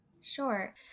Sure